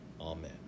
Amen